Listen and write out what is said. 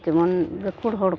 ᱡᱮᱢᱚᱱ ᱜᱟᱹᱠᱷᱩᱲ ᱦᱚᱲ ᱠᱚ